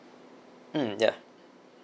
hmm ya